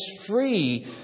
free